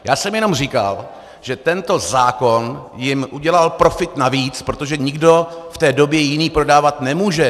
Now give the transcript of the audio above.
Já jsem jenom říkal, že tento zákon jim udělal profit navíc, protože nikdo jiný v té době prodávat nemůže.